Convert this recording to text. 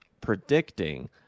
predicting